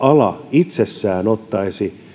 itsessään ottaisi